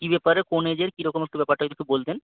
কী ব্যাপারে কোন এজের কীরকম একটু ব্যাপারটা একটু বলতেন